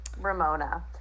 Ramona